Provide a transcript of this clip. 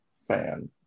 fan